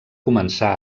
començar